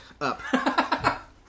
up